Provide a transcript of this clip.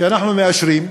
שאנחנו מאשרים,